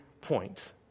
point